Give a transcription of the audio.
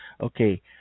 okay